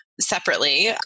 separately